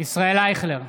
ישראל אייכלר,